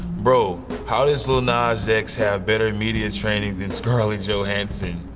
bro, how does lil nas x have better media training than scarlett johansson?